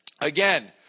Again